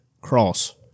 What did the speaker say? cross